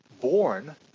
born